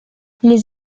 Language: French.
les